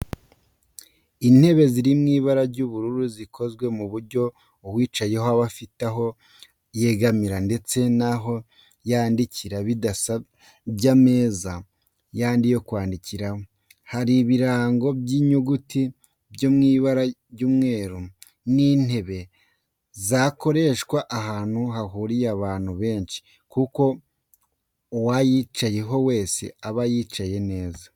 Intebe ziri mu ibara ry'ubururu zikozwe ku buryo uyicayeho aba afite aho yegamira ndetse n'aho kwandikira bidasabye ameza yandi yo kwandikiraho, hariho ibirango by'inyuguti byo mu ibara ry'umweru. Ni intebe zakoreshwa ahantu hahuriye abantu benshi kuko uwayicaraho wese yaba yicaye neza.